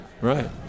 Right